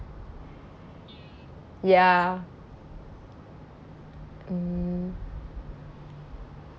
ya mm